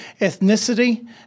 ethnicity